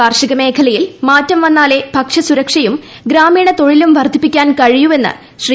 കാർഷിക മേഖലയിൽ മാറ്റം വന്നാലെ ഭക്ഷ്യ സുരക്ഷയും ഗ്രാമീണ തൊഴിലും വർധിപ്പിക്കാൻ കഴിയൂ എന്ന് ശ്രീ